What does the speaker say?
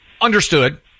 Understood